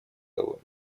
того